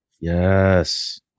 Yes